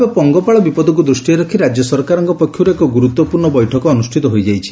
ବ୍ୟ ପଙ୍ଗପାଳ ବିପଦକୁ ଦୂଷ୍ଟିରେ ରଖି ରାକ୍ୟ ସରକାରଙ୍କ ପକ୍ଷରୁ ଏକ ଗୁରୁତ୍ୱପୂର୍ଶ୍ଣ ବୈଠକ ଅନୁଷ୍ଠିତ ହୋଇଯାଇଛି